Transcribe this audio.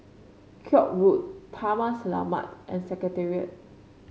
Koek Road Taman Selamat and Secretariat